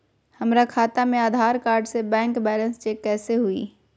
हमरा खाता में आधार कार्ड से बैंक बैलेंस चेक कैसे हुई?